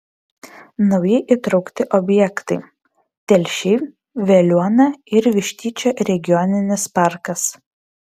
naujai įtraukti objektai telšiai veliuona ir vištyčio regioninis parkas